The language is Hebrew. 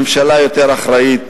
ממשלה יותר אחראית,